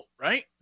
right